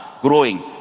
growing